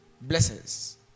blessings